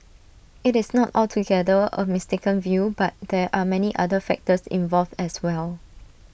IT is not altogether A mistaken view but there are many other factors involved as well